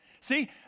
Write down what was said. See